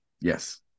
Yes